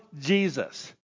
Jesus